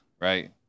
right